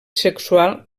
sexual